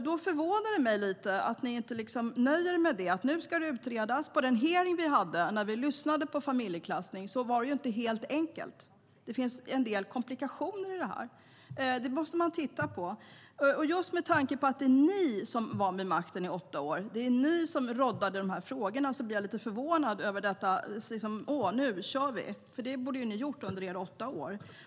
Det förvånar mig lite att ni inte nöjer er med att det nu ska utredas. Vi hade en hearing där vi lyssnade på vad familjeklassning handlar om, och det är inte helt enkelt. Det finns en del komplikationer. Det måste man titta på. Det var ni i Alliansen som var vid makten i åtta år. Det var ni som råddade de här frågorna. Därför blir jag lite förvånad över att ni verkar tänka: Nu kör vi! Det borde ni ha gjort under era åtta år.